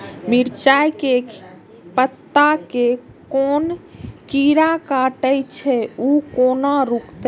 मिरचाय के पत्ता के कोन कीरा कटे छे ऊ केना रुकते?